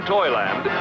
Toyland*